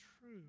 true